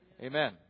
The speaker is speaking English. Amen